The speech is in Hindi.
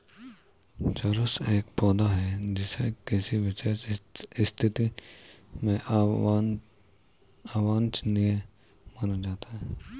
चरस एक पौधा है जिसे किसी विशेष स्थिति में अवांछनीय माना जाता है